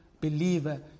believer